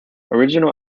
original